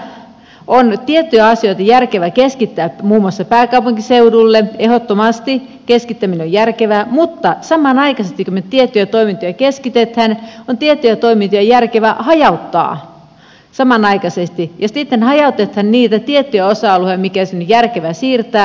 meillä on tiettyjä asioita järkevä keskittää muun muassa pääkaupunkiseudulle ehdottomasti keskittäminen on järkevää mutta samanaikaisesti kun me tiettyjä toimintoja keskitämme on tiettyjä toimintoja järkevä hajauttaa samanaikaisesti ja sitten hajautetaan niitä tiettyjä osa alueita mitä sinne on järkevä siirtää